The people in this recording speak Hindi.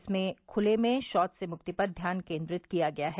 इसमें खूले में शौच से मूक्ति पर ध्यान केंद्रित किया गया है